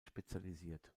spezialisiert